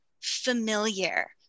familiar